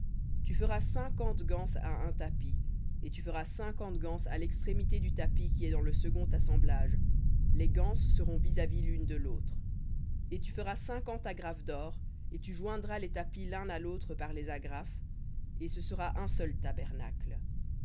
tu feras cinquante ganses à un tapis et tu feras cinquante ganses à l'extrémité du tapis qui est dans le second assemblage les ganses seront vis-à-vis l'une de lautre et tu feras cinquante agrafes d'or et tu joindras les tapis l'un à l'autre par les agrafes et ce sera un seul tabernacle